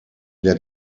der